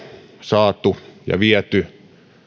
saatu ja viety